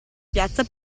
piazza